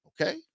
Okay